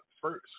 first